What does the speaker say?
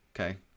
Okay